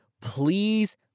Please